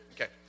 Okay